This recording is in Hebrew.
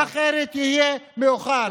אחרת יהיה מאוחר.